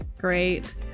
Great